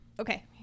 Okay